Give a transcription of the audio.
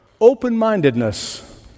open-mindedness